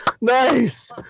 Nice